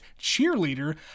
cheerleader